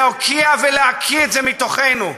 להוקיע ולהקיא את זה מתוכנו.